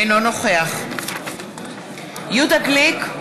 אינו נוכח יהודה גליק,